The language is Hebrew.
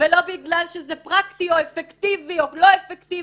ולא בגלל שזה פרקטי או אפקטיבי או לא אפקטיבי,